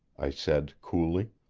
i said coolly.